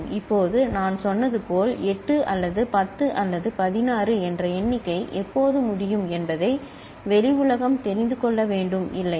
இப்போது நான் சொன்னது போல் 8 அல்லது 10 அல்லது 16 என்ற எண்ணிக்கை எப்போது முடியும் என்பதை வெளி உலகம் தெரிந்து கொள்ள வேண்டும் இல்லையா